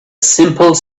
simple